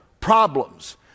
problems